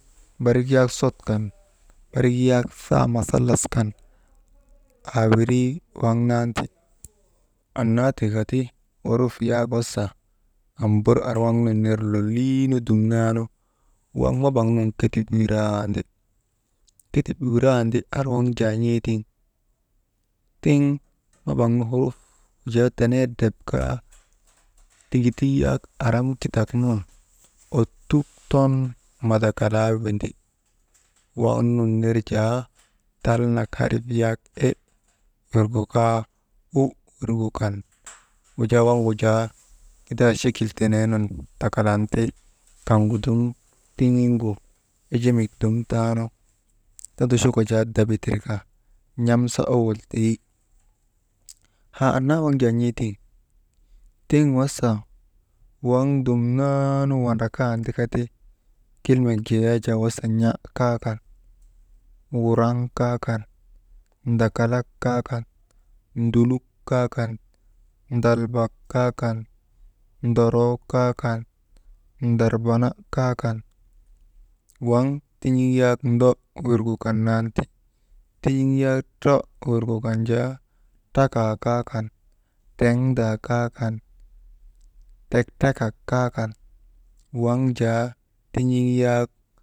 Barik yak sot kan barik yak saa masalas kan, aa wirii waŋ naa ti, annaa tika ti, huruf yak am bur arnun ner lolii nu dumnanu, waŋ mabaŋ nun ketip wirandi, ketip wirandi ar waŋ jaa n̰eetiŋ, tiŋ mabaŋ nu huruf wajaa tenee drep kaa, tiŋituu zak aram kitak nun ottuk ton madakalaa windi, waŋ nun ner jaa, tallanak harif yak e wirgu kaa o wirgu kan wujaa waŋgu jaa gida chekil tenee nun takalan ti kaŋgu dum tin̰iŋgu ejimik dum taanu, tondochoka jaa daba tirka, n̰amsa owol teyi. Haa annaa waŋ jaa n̰eetiŋ tiŋ wasa, waŋ dumnaanu wandrakandika ti, kilmek jee yak wasa n̰a kaa kan, wuraŋ kaa kan, ndkalak kaa kan, nduluk kaa kan, ndalbak kaa kan, ndoroo kaa kan, ndarbana kaa kan, waŋ tin̰iŋ ya nd wirgu kan nan ti, tin̰iŋ yak tro wirgu kan jaa, trakaa kaa kan, triŋdaa kaa kan, trektrekaa kaa kan waŋ jaa tin̰iŋ yak.